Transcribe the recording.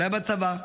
אולי בצבא,